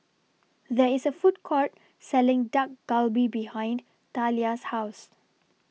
There IS A Food Court Selling Dak Galbi behind Thalia's House